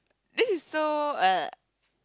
this is so !ugh!